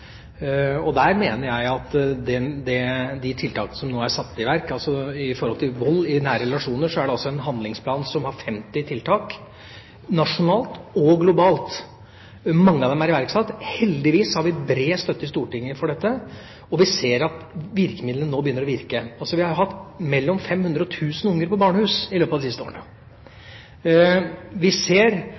det gjelder de tiltakene som nå er satt i verk mot vold i nære relasjoner, er det en handlingsplan som har 50 tiltak nasjonalt og globalt. Mange av dem er iverksatt. Heldigvis har vi bred støtte i Stortinget for dette, og vi ser at virkemidlene nå begynner å virke. Vi har hatt mellom 500 og 1 000 unger på barnehus i løpet av de siste årene. Vi ser